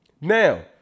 Now